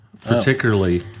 particularly